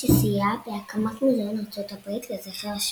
שסייעה בהקמת מוזיאון ארצות הברית לזכר השואה.